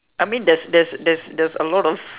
I mean there is there is there is there is a lot of